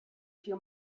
few